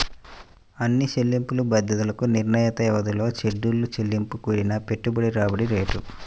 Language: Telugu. అన్ని చెల్లింపు బాధ్యతలకు నిర్ణీత వ్యవధిలో షెడ్యూల్ చెల్లింపు కూడిన పెట్టుబడి రాబడి రేటు